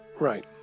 Right